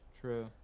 True